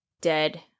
dead